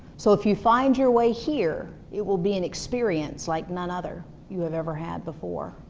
so if you find your way here, it will be an experience like none other you have ever had before.